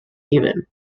even